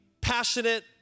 passionate